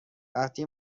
وقتی